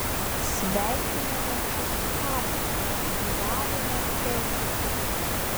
sveikiname su skamp gyvavimo penkmečiu